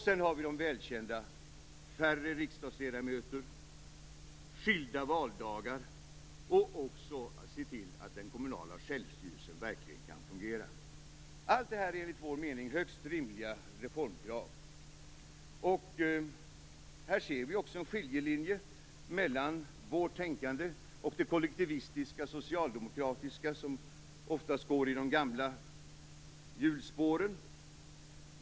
Sedan har vi det välkända: färre riksdagsledamöter, skilda valdagar och att se till att den kommunala självstyrelsen verkligen kan fungera. Allt det här är enligt Moderaternas mening högst rimliga reformkrav. Här ser man också en skiljelinje mellan Moderaternas tänkande och det kollektivistiska socialdemokratiska tänkandet, som oftast går i de gamla hjulspåren.